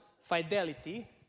fidelity